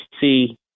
see